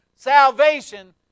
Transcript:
Salvation